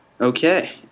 Okay